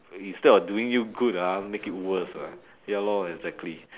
instead of doing you good ah make it worse ah ya lor exactly